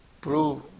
Prove